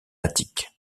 attique